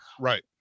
right